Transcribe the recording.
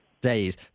days